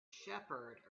shepherd